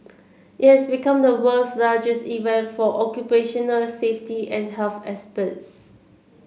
it has become the world's largest event for occupational safety and health experts